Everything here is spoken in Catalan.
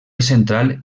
central